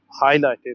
highlighted